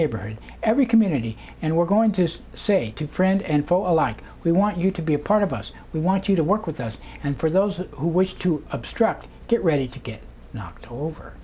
neighborhood every community and we're going to say to friend and foe alike we want you to be a part of us we want you to work with us and for those who wish to obstruct get ready to get knocked over